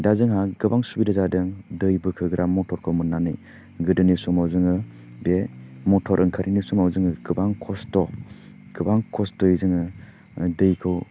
दा जोंहा गोबां सुबिदा जादों दै बोखोग्रा मटरखौ मोन्नानै गोदोनि समाव जोङो बे मटर ओंखारैनि समाव जोङो गोबां खस्थ' गोबां खस्थ'यै जोङो दैखौ